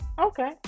Okay